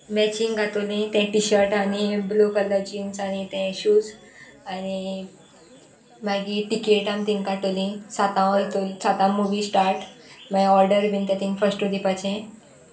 matching घातोली तें t-shirt आनी ब्लू कलर जिन्स आनी ते शूज आनी मागीर टिकेट आम तींग काडटलीं सातां वित सातां मुवी स्टार्ट मागीर ऑर्डर बीन ते थींग फस्टू दिवपाचें